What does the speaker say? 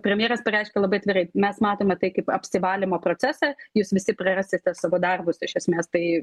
premjeras pareiškė labai atvirai mes matome tai kaip apsivalymo procesą jūs visi prarasite savo darbus iš esmės tai